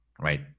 right